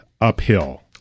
uphill